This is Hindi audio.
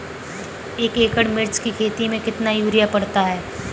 एक एकड़ मिर्च की खेती में कितना यूरिया पड़ता है?